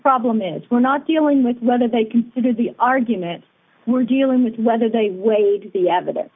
problem is we're not dealing with whether they can it is the argument we're dealing with whether they weighed the evidence